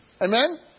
Amen